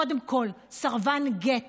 קודם כול, סרבן גט